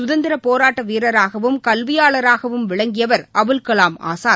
சுதந்திர போராட்ட வீரராகவும் கல்வியாளராகவும் விளங்கியவர் அபுல் கலாம் ஆசாத்